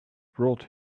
brought